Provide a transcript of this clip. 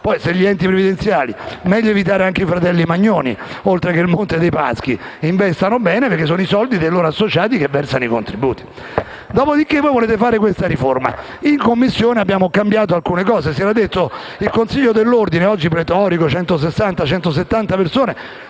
se gli enti previdenziali evitassero anche i fratelli Magnoni, oltre che il Monte dei Paschi, e che investissero bene, perché quelli sono i soldi dei loro associati che versano i contributi. Dopodiché voi volete fare questa riforma. In Commissione abbiamo cambiato alcune cose. Si era detto che il Consiglio dell'Ordine, oggi pletorico con 160-170 persone,